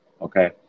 Okay